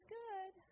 good